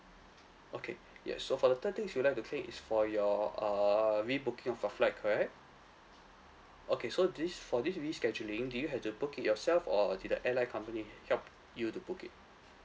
okay yes so for the third thing is you'd like to claim is for your err re-booking of your flight correct okay so this for this rescheduling did you have to book it yourself or did the airline company helped you to book it